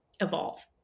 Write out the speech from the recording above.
evolve